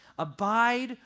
Abide